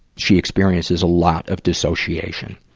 she experiences a lot of dissociation.